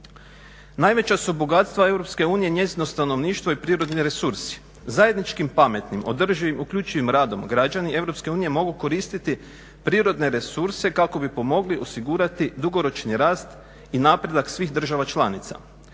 Najveća su bogatstva Europske unije njezino stanovništvo i prirodni resursi. Zajedničkim pametnim, održivim, uključivim radom građani Europske unije mogu koristiti prirodne resurse kako bi pomogli osigurati dugoročni rast i napredak svih država članica.